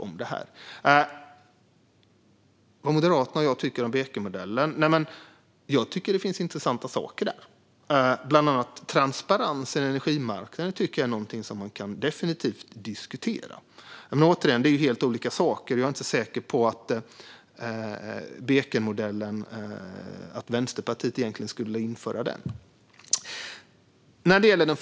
Vad tycker Moderaterna och jag om Bekenmodellen? Det finns intressanta saker där. Bland annat är transparens på energimarknaden något man definitivt kan diskutera. Men återigen: Det är helt olika saker, och jag är inte säker på att Vänsterpartiet verkligen skulle införa Bekenmodellen.